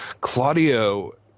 Claudio